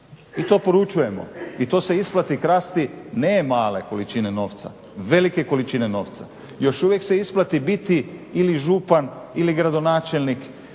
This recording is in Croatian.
I to poručujemo. I to se isplati krasti ne male količine novca, velike količine novca. Još uvijek se isplati biti ili župan ili gradonačelnik